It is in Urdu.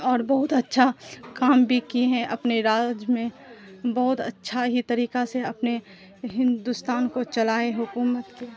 اور بہت اچھا کام بھی کیے ہیں اپنے راج میں بہت اچھا ہی طریقہ سے اپنے ہندوستان کو چلائے حکومت کے